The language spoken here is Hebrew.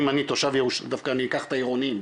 אני אקח את העירונים,